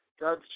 God